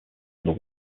under